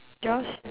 yours